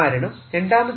കാരണം രണ്ടാമത്തെ